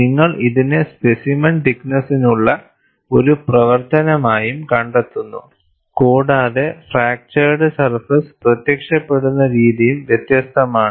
നിങ്ങൾ ഇതിനെ സ്പെസിമെൻ തിക്നെസ്സിനുള്ള ഒരു പ്രവർത്തനമായും കണ്ടെത്തുന്നു കൂടാതെ ഫ്രാക്ചർഡ് സർഫേസ് പ്രത്യക്ഷപ്പെടുന്ന രീതിയും വ്യത്യസ്തമാണ്